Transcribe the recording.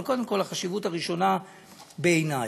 אבל קודם כול החשיבות הראשונה בעיני.